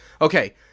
Okay